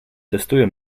testują